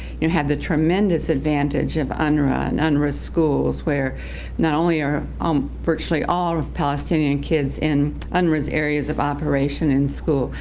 who had the tremendous advantage of unwra and unwra schools, where not only are um virtually all of palestinian kids in unwra's areas operation in school,